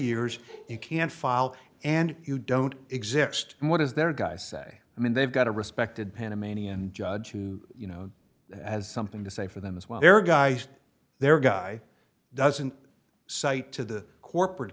years you can't file and you don't exist what is there guys say i mean they've got a respected panamanian judge who you know as something to say for them as well their guy their guy doesn't cite to the corporate